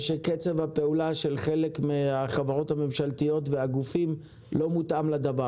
ושקצב הפעולה שחלק מהחברות הממשלתיות והגופים לא מותאם לדבר.